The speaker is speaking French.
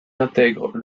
intègre